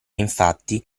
infatti